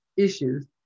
Issues